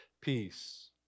peace